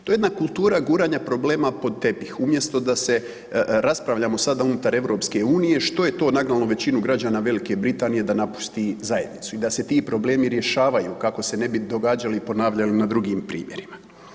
To je jedna kultura guranja problema pod tepih, umjesto da se raspravljamo sad unutar EU što je to nagnalo većinu građana Velike Britanije da napusti zajednicu i da se ti problemi rješavaju kako se ne bi događali i ponavljali na drugim primjerima.